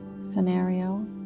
scenario